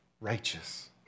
Righteous